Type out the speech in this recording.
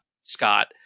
Scott